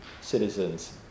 citizens